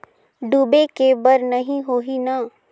डूबे के बर नहीं होही न?